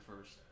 first